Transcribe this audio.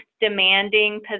demanding